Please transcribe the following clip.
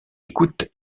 écoute